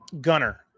Gunner